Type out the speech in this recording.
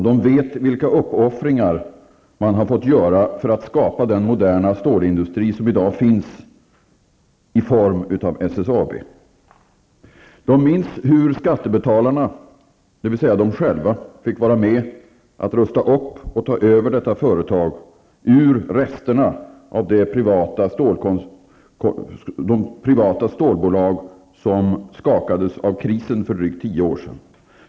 De vet vilka uppoffringar man har fått göra för att skapa den moderna stålindustri som i dag finns i form av SSAB. De minns hur skattebetalarna, dvs. de själva, fick vara med och rusta upp och ta över detta företag ur resterna av det privata stålbolag som skakades av krisen för drygt tio år sedan.